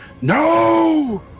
No